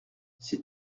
sais